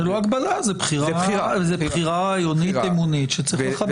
זו לא הגבלה, זו בחירה רעיונית-אמונית שצריך לכבד.